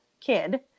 kid